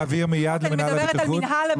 אתה מעביר מיד למנהל הבטיחות?